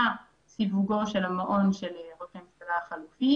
סיווגו של המעון של ראש הממשלה החליפי.